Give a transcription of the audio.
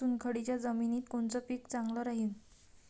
चुनखडीच्या जमिनीत कोनचं पीक चांगलं राहीन?